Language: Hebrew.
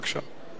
בבקשה.